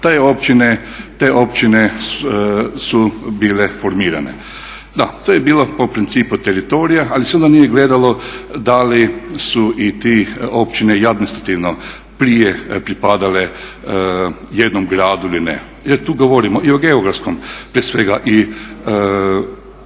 te općine su bile formirane. Da, to je bilo po principu teritorija ali se onda nije gledalo da li su i te općine i administrativno prije pripadale jednom gradu ili ne, jer tu govorimo i o geografskom, prije svega i